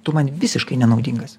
tu man visiškai nenaudingas